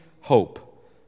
hope